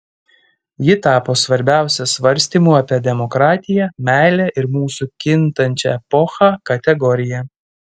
ji tapo svarbiausia svarstymų apie demokratiją meilę ir mūsų kintančią epochą kategorija